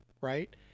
right